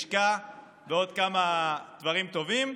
לשכה ועוד כמה דברים טובים.